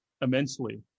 immensely